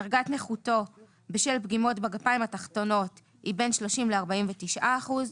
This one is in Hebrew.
דרגת נכותו בשל פגימות בגפיים תחתונות היא בין 30 ל-49 אחוזים.